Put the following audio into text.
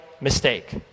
mistake